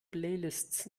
playlists